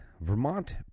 Vermont